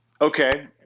Okay